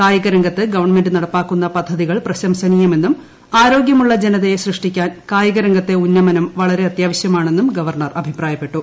കായികരംഗത്ത് ഗവൺമെന്റ് നടപ്പാക്കുന്ന പദ്ധതികൾ പ്രശംസനീയമെന്നും ആരോഗ്യമുള്ള ജനതയെ സ്യഷ്ടിക്കാൻ കായിക രംഗത്തെ ഉന്നമനം വളരെ അത്യാവശ്യമാണെന്നും ഗവർണർ അഭിപ്രായപ്പെട്ടു